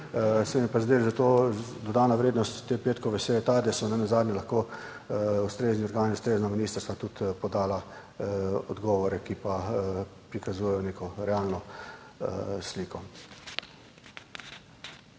Se mi je pa zdelo za to dodana vrednost te petkove seje je ta, da so nenazadnje lahko ustrezni organi, ustrezna ministrstva tudi podala odgovore, ki pa prikazujejo neko realno sliko.